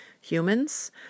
humans